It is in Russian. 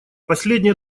последние